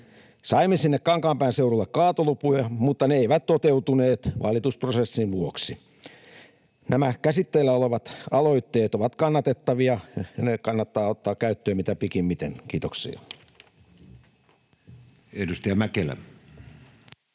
Saimme sinne Kankaanpään seudulle kaatolupia, mutta ne eivät toteutuneet valitusprosessin vuoksi. Nämä käsitteillä olevat aloitteet ovat kannatettavia, ja ne kannattaa ottaa käyttöön mitä pikimmiten. — Kiitoksia.